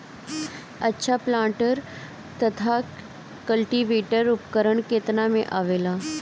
अच्छा प्लांटर तथा क्लटीवेटर उपकरण केतना में आवेला?